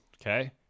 Okay